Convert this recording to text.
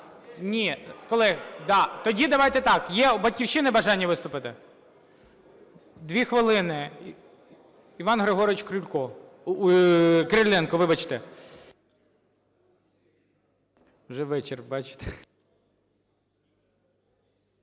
Ні… Колеги, да, тоді давайте так, є у "Батьківщини" бажання виступити. Дві хвилини Іван Григорович Крулько… Кириленко, вибачте. Вже вечір, бачите.